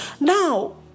Now